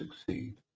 succeed